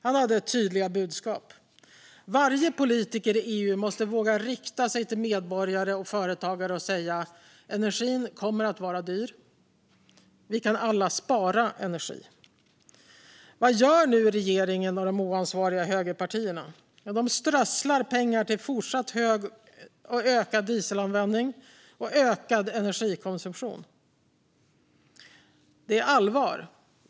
Han hade tydliga budskap: Varje politiker i EU måste våga rikta sig till medborgare och företagare och säga att energin kommer att vara dyr, och vi kan alla spara energi. Vad gör nu regeringen och de oansvariga högerpartierna? De strösslar pengar till fortsatt hög och ökad dieselanvändning och ökad energikonsumtion. Det är allvar.